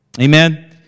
Amen